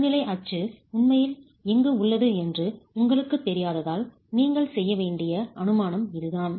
நடுநிலை அச்சு உண்மையில் எங்கு உள்ளது என்று உங்களுக்குத் தெரியாததால் நீங்கள் செய்ய வேண்டிய அனுமானம் இதுதான்